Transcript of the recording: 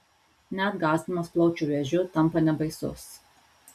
net gąsdinimas plaučių vėžiu tampa nebaisus